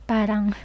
parang